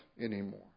anymore